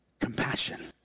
compassion